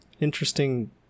interesting